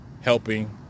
helping